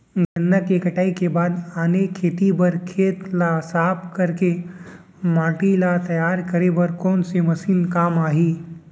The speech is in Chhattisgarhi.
गन्ना के कटाई के बाद आने खेती बर खेत ला साफ कर के माटी ला तैयार करे बर कोन मशीन काम आही?